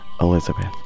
Elizabeth